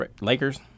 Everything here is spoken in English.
Lakers